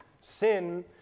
sin